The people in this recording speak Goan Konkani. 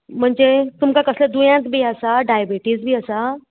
म्हणजे तुमकां कसले दुयेंत बी आसा डायबिटीज बी आसा